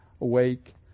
awake